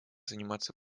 заниматься